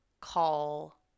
call